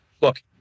look